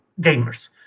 gamers